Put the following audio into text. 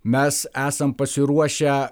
mes esam pasiruošę